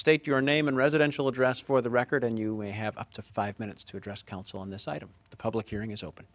state your name and residential address for the record and you we have up to five minutes to address counsel on this item the public hearing is open